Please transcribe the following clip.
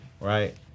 right